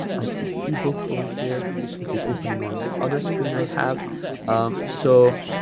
let's see the ebook over here it is opening on the other screen i have so